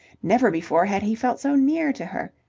never before had he felt so near to her.